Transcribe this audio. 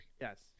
Yes